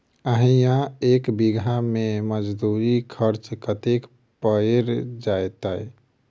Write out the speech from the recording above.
आ इहा एक बीघा मे मजदूरी खर्च कतेक पएर जेतय?